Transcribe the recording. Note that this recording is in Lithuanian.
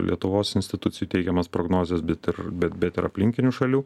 lietuvos institucijų teikiamas prognozes bet ir bet bet ir aplinkinių šalių